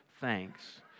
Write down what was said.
thanks